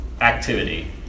activity